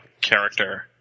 character